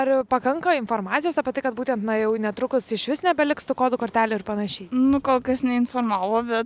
ar pakanka informacijos apie tai kad būtent na jau netrukus išvis nebeliks kodų kortelių ir panašiai nu kol kas neinformavo bet